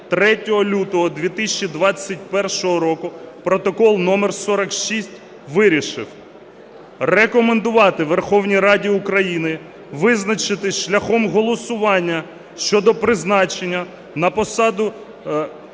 3 лютого 2021 року (протокол №46) вирішив рекомендувати Верховній Раді України визначити шляхом голосування щодо призначення на посаду